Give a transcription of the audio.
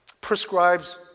prescribes